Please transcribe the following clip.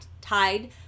Tide